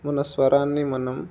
మన స్వరాన్ని మనం